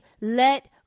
let